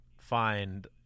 find